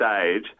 stage